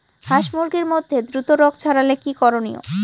হাস মুরগির মধ্যে দ্রুত রোগ ছড়ালে কি করণীয়?